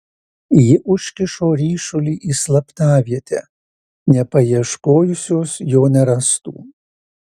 ji užkišo ryšulį į slaptavietę nepaieškojusios jo nerastų